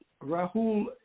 Rahul